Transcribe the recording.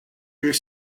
büyük